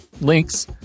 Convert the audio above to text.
Links